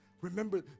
Remember